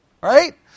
Right